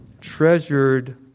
treasured